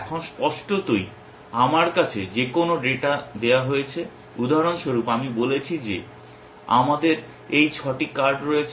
এখন স্পষ্টতই আমার কাছে যে কোনও ডেটা দেওয়া হয়েছে উদাহরণস্বরূপ আমি বলেছি যে আমাদের এই 6টি কার্ড রয়েছে